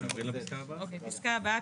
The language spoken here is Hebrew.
פסקה הבאה,